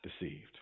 deceived